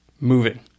moving